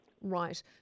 right